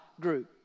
group